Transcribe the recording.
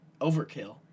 overkill